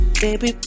baby